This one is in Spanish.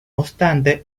obstante